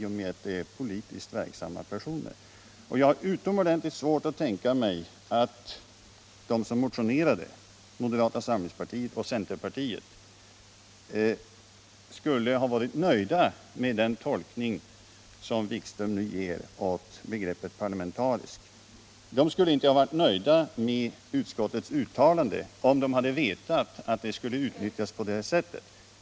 Och jag har utomordentligt - Om sammansättsvårt att tänka mig att de som motionerade, moderata samlingspartiet — ningen av styrelsen och centerpartiet, skulle ha varit nöjda med den tolkning som Jan-Erik = för statens kultur Wikström nu gör av begreppet parlamentarisk. De skulle säkert inte ha — råd varit nöjda med utskottets uttalande, om de hade vetat att det skulle tolkas på detta sätt.